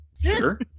Sure